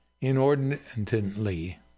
inordinately